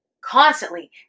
constantly